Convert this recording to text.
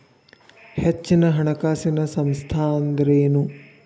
ಹೆಚ್ಚಿನ ಹಣಕಾಸಿನ ಸಂಸ್ಥಾ ಅಂದ್ರೇನು?